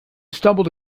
stumbled